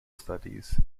studies